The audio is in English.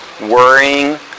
worrying